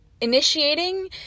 initiating